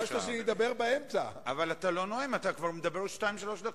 אתה מדבר כבר שתיים-שלוש דקות.